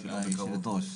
להציג אותו בקרוב.